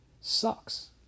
sucks